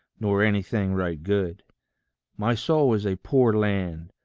nor anything right good my soul is a poor land,